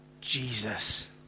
Jesus